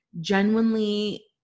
genuinely